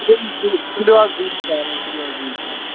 تُلِو حظ بِہِو بہٕ یِمہٕ شامَس تُلِو حظ بہٕ یِمہٕ شامَس